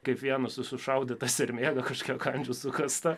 kaip vienas su sušaudyta sermėga kažkokia kandžių sukąsta